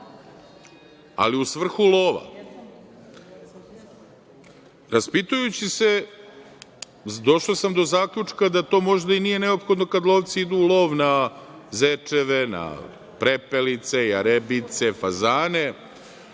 ali u svrhu lova. Raspitujući se došao sam do zaključka da to možda i nije neophodno kad lovci idu u lov na zečeve, na prepelice, jarebice, fazane,